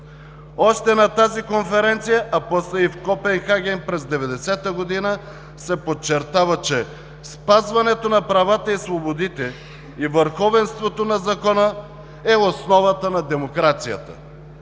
Още на тази Конференция, а после и в Копенхаген през 1990 г. се подчертава, че спазването на правата и свободите, и върховенството на закона е основата на демокрацията.